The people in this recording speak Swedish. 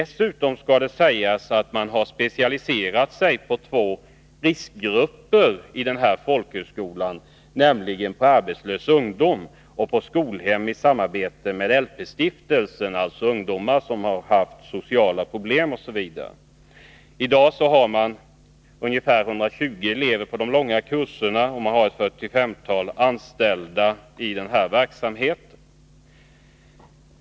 Dessutom skall det sägas att man i den här folkhögskolan specialiserat sig på riskgrupper, nämligen arbetslös ungdom och skolhem i samarbete med LP-stiftelsen, alltså för ungdomar som haft sociala problem, osv. I dag har man ungefär 120 elever på de långa kurserna, och man har ett 45-tal anställda i verksamheten.